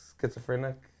schizophrenic